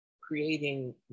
creating